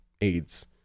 AIDS